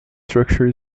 structure